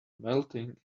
melting